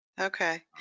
Okay